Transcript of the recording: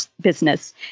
business